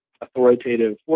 authoritative